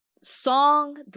song